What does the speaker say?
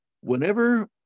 Whenever